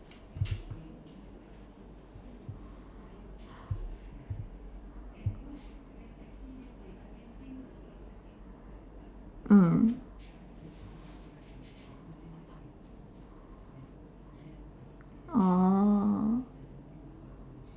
mm orh